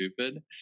stupid